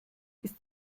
ist